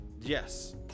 Yes